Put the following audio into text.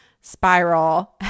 spiral